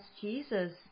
Jesus